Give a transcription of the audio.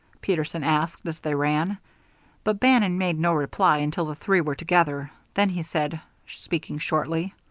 peterson asked, as they ran but bannon made no reply until the three were together. then he said, speaking shortly